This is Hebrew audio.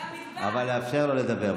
אבל לאפשר לו לדבר.